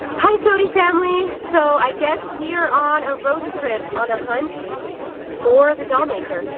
hi soty family. so i guess we are on a road trip, on a hunt for the doll maker.